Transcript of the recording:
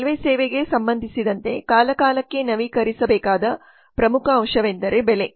railway ಸೇವೆಗೆ ಸಂಬಂಧಿಸಿದಂತೆ ಕಾಲಕಾಲಕ್ಕೆ ನವೀಕರಿಸಬೇಕಾದ ಪ್ರಮುಖ ಅಂಶವೆಂದರೆ ಬೆಲೆ